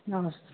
हवस्